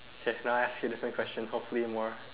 okay now I ask you a different question hopefully more